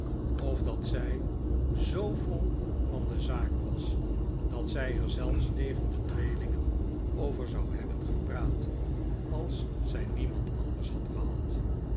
of dat zij zoo vol van de zaak was dat zij er zelfs tegen de tweelingen over zou hebben gepraat als zij niemand anders had gehad